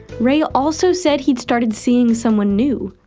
ray also said he started seeing someone new.